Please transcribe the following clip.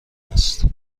است